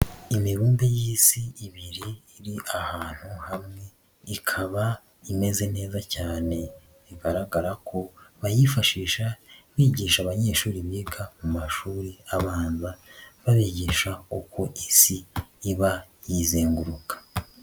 Imibumbe y'Isi ibiri iri ahantu hamwe, ikaba imeze neza cyane bigaragara ko bayifashisha bigisha abanyeshuri biga mu mashuri abanza, babigisha uko isi iba izenguruka.